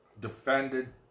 defended